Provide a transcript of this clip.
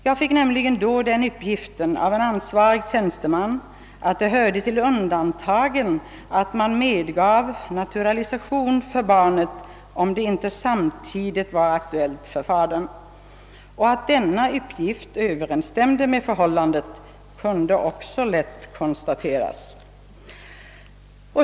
Jag fick nämligen då den uppgiften av en ansvarig tjänsteman, att det hörde till undantagen att man medgav naturalisation för barnet, om saken inte samtidigt var aktuell för fadern. Att denna uppgift överensstämde med det verkliga förhållandet kunde också lätt konstateras.